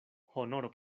honoro